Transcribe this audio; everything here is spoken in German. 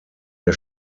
der